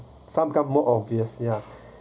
some come more obvious ya